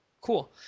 cool